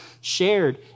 shared